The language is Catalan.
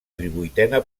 divuitena